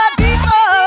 deeper